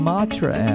Matra